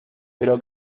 pero